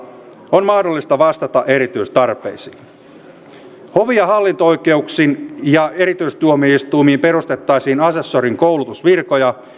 on mahdollista vastata erityistarpeisiin hovi ja hallinto oikeuksiin ja erityistuomioistuimiin perustettaisiin asessorin koulutusvirkoja